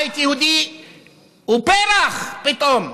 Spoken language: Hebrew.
בית יהודי הוא פרח פתאום,